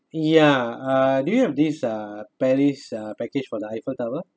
ya uh do you have this uh paris uh package for the eiffel tower